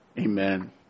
Amen